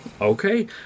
Okay